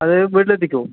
അത് വീട്ടിൽ എത്തിക്കുമോ